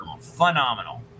Phenomenal